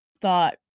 thought